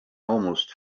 almost